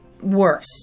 worse